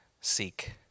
seek